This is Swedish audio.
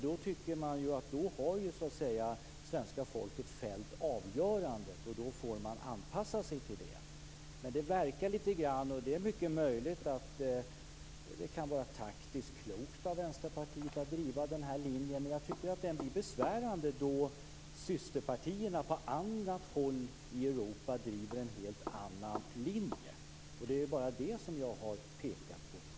Då har svenska folket fällt avgörandet. Då får man anpassa sig till det. Det är möjligt att det är taktiskt klokt av Vänsterpartiet att driva denna linje, men jag tycker att den blir besvärande då systerpartierna på andra håll i Europa driver en annan linje. Det är vad jag har pekat på.